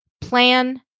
plan